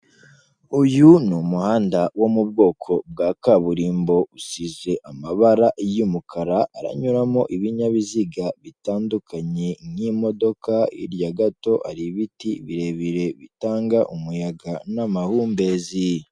Uyu ni umuhanda wo mu bwoko bwa kaburimbo usize amabara y'umukara haranyuramo ibinyabiziga bitandukanye nk'imodoka, hirya gato hari ibiti birebire bitanga umuyaga n'amahumbezi.